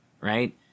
Right